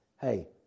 hey